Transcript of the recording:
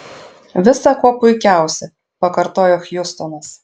visa kuo puikiausia pakartojo hjustonas